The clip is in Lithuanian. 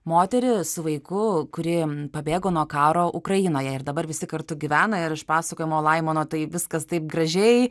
moterį su vaiku kuri pabėgo nuo karo ukrainoje ir dabar visi kartu gyvena ir iš pasakojimo laimono tai viskas taip gražiai